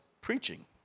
preaching